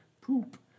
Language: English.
poop